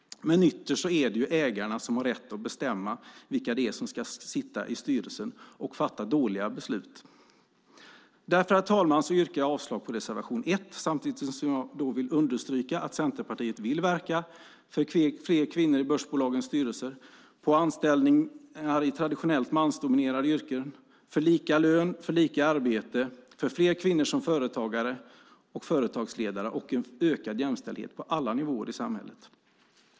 Men ytterst är det ägarna som har rätt att bestämma vilka som ska sitta i styrelsen och fatta dåliga beslut. Därför, herr talman, yrkar jag avslag på reservation 1 samtidigt som jag understryker att Centerpartiet vill verka för fler kvinnor i börsbolagens styrelser, på anställningar i traditionellt mansdominerade yrken, för lika lön för lika arbete, för fler kvinnor som företagare och företagsledare och för en ökad jämställdhet på alla nivåer i samhället.